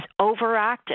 overactive